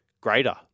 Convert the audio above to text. greater